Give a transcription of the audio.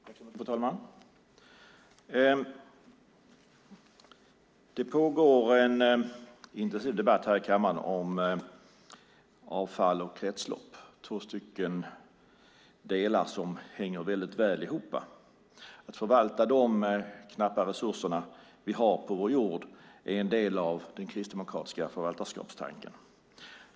Fru talman! Det pågår en intensiv debatt i kammaren om avfall och kretslopp. Det är två delar som hänger väldigt väl ihop. Att förvalta de knappa resurser vi har på vår jord är en del av den kristdemokratiska förvaltarskapstanken.